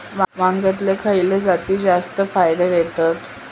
वांग्यातले खयले जाती जास्त फायदो देतत?